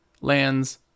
lands